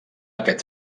aquest